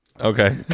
Okay